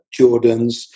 Jordans